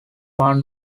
one